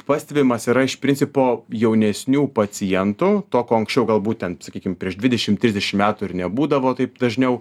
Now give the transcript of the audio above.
pastebimas yra iš principo jaunesnių pacientų to ko anksčiau galbūt ten sakykim prieš dvidešim trisdešim metų ir nebūdavo taip dažniau